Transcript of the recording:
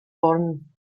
vorn